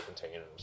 containers